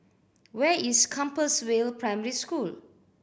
where is Compassvale Primary School